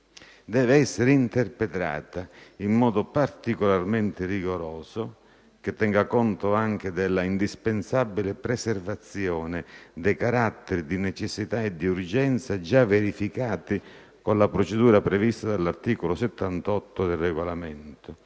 «deve essere interpretata in modo particolarmente rigoroso, che tenga conto anche della indispensabile preservazione dei caratteri di necessità e di urgenza già verificati con la procedura prevista dall'articolo 78 del Regolamento,